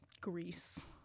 Greece